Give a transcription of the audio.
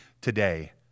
today